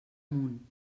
munt